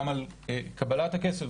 גם על קבלת הכסף,